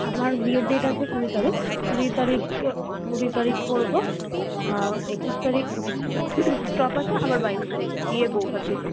আমার বিয়ের ডেট আছে কুড়ি তারিখ কুড়ি তারিখ কুড়ি তারিখ করবো একুশ তারিখ স্টপ আছে আবার বাইশ তারিখ বিয়ে বৌভাত দুটো